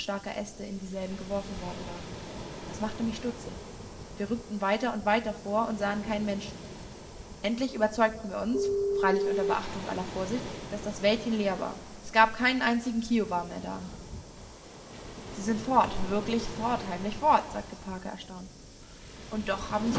in dieselben geworfen worden waren das machte mich stutzig wir rückten weiter und weiter vor und sahen keinen menschen endlich überzeugten wir uns freilich unter beachtung aller vorsicht daß das wäldchen leer war es gab keinen einzigen kiowa mehr da sie sind fort wirklich fort heimlich fort sagte parker erstaunt und doch haben